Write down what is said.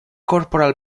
corporal